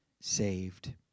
saved